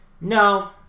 No